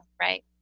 right